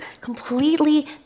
completely